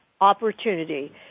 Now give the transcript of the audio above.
opportunity